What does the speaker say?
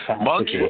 Monkey